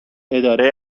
اداره